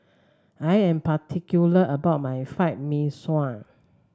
I am particular about my Fried Mee Sua